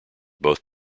both